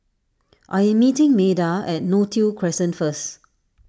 I am meeting Meda at Neo Tiew Crescent first